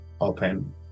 open